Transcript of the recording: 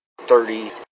thirty